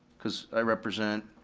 cause i represent,